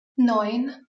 neun